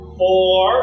four